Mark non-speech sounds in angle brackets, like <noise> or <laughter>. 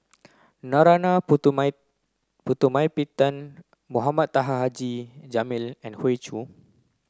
Narana <unintelligible> Putumaippittan Mohamed Taha Haji Jamil and Hoey Choo